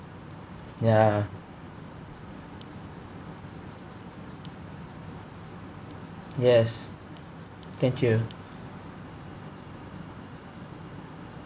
ya yes thank you